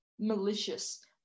Malicious